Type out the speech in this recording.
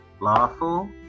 lawful